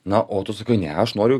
na o tu sakai ne aš noriu